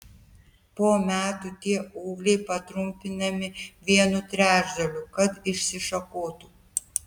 po metų tie ūgliai patrumpinami vienu trečdaliu kad išsišakotų